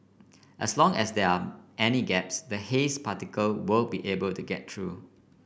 as long as there are any gaps the haze particle will be able to get through